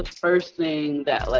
first thing that, like,